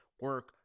Work